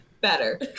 better